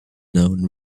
known